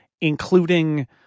including